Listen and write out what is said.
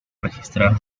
registrar